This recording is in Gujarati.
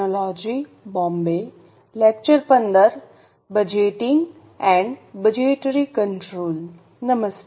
નમસ્તે